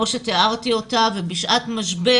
והיא כמו שתיארתי אותה ובשעת משבר